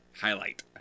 Highlight